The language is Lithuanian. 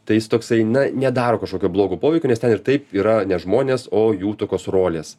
tai jis toksai na nedaro kažkokio blogo poveikio nes ten ir taip yra ne žmonės o jų tokios rolės